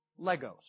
Legos